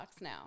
now